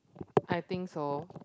I think so